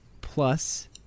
plus